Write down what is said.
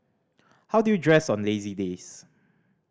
how do you dress on lazy days